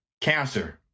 cancer